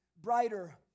brighter